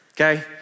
okay